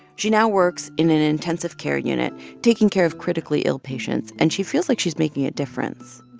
she now works in an intensive care unit taking care of critically-ill patients, and she feels like she's making a difference.